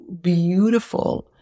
beautiful